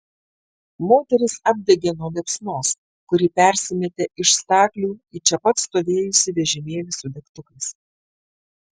moterys apdegė nuo liepsnos kuri persimetė iš staklių į čia pat stovėjusį vežimėlį su degtukais